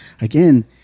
Again